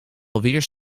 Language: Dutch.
alweer